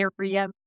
area